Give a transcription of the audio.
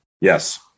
Yes